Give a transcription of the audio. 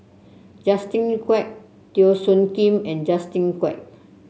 Justin Quek Teo Soon Kim and Justin Quek